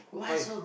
five